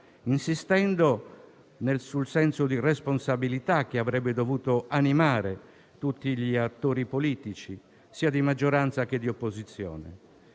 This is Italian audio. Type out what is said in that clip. insistendo sul senso di responsabilità che avrebbe dovuto animare tutti gli attori politici, sia di maggioranza che di opposizione.